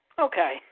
Okay